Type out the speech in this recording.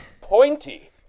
Pointy